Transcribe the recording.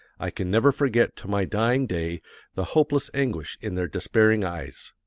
i can never forget to my dying day the hopeless anguish in their despairing eyes.